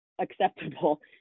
acceptable